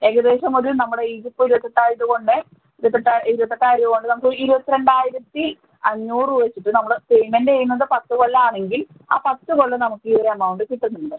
ഏകദേശം ഒരു നമ്മുടെ ഇത് ഇപ്പം ഇരുപത്തെട്ടായിരം രൂപ കൊണ്ട് ഇരുപത്തെട്ടായിരം രൂപ കൊണ്ട് നമുക്ക് ഇരുപത്തിരണ്ടായിരത്തി അഞ്ഞൂറ് രൂപ വച്ചിട്ട് നമ്മൾ പേയ്മെൻ്റ് ചെയ്യുന്നത് പത്ത് കൊല്ലം ആണെങ്കിൽ ആ പത്ത് കൊല്ലം നമുക്ക് ഈ ഒര് എമൗണ്ട് കിട്ടുന്നുണ്ട്